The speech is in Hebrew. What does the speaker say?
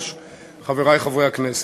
חברי חברי הכנסת,